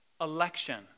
Election